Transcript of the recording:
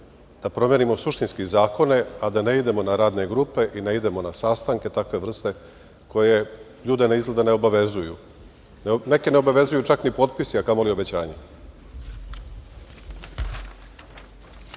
da promenimo suštinski zakone, a da ne idemo na radne grupe i ne idemo na sastanke takve vrste koje ljude izgleda ne obavezuju. Neke ne obavezuju čak ni potpisi, a kamoli obećanja. Meni